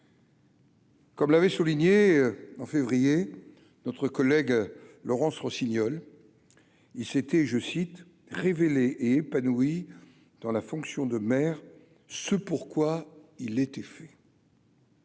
Comme l'avait souligné, en février, notre collègue Laurence Rossignol, il s'était, je cite, révélé épanoui dans la fonction de maire, ce pourquoi il était fait.